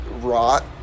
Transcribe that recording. rot